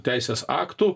teisės aktų